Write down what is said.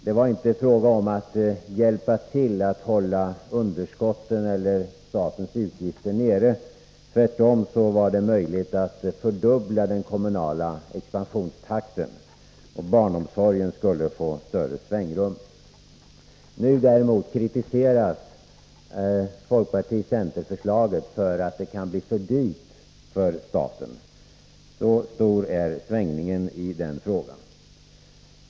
Det var inte fråga om att hjälpa till att hålla underskotten eller statens utgifter nere. Tvärtom var det möjligt att fördubbla den kommunala expansionstakten enligt socialdemokraterna. Barnomsorgen skulle få större svängrum. Nu kritiseras däremot folkparti-center-förslaget för att det kan bli för dyrt för staten. Så stor är svängningen i den frågan.